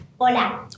Hola